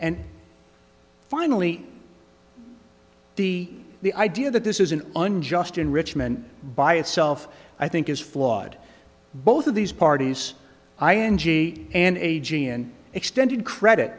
and finally the the idea that this is an unjust enrichment by itself i think is flawed both of these parties i n g and a g and extended credit